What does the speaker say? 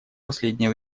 последнее